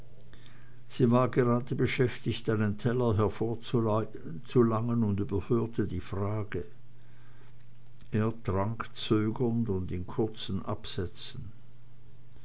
sie war gerade beschäftigt einen teller hervorzulangen und überhörte die frage er trank zögernd und in kurzen absätzen